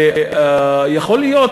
ויכול להיות,